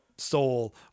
soul